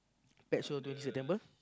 that's all you do September